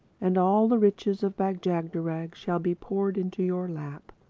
and all the riches of bag-jagderag shall be poured into your lap.